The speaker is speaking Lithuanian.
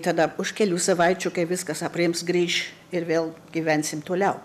tada už kelių savaičių kai viskas aprims grįš ir vėl gyvensim toliau